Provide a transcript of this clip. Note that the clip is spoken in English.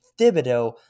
Thibodeau